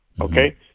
okay